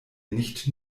nicht